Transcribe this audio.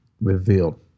revealed